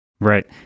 Right